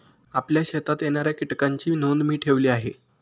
आपल्या शेतात येणाऱ्या कीटकांची नोंद मी ठेवली आहे